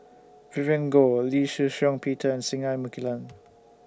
Vivien Goh Lee Shih Shiong Peter Singai Mukilan